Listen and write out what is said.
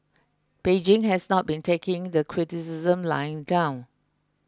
Beijing has not been taking the criticisms lying down